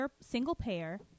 single-payer